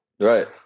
Right